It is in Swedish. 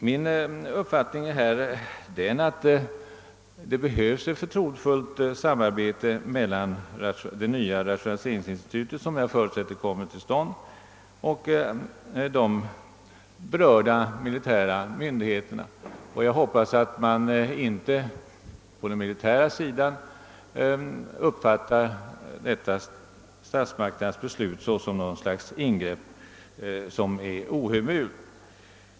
Min uppfattning är att vi behöver ett förtroendefullt samarbete mellan det nya rationaliseringsinstitut, som jag förutsätter skall komma till stånd, och de berörda militära myndigheterna, och jag hoppas att man inte på den militära sidan uppfattar ett sådant statsmakternas beslut som ett ohemult ingrepp.